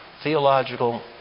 theological